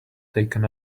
taken